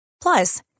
Plus